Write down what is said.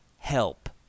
help